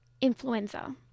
influenza